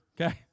okay